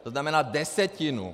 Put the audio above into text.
To znamená desetinu!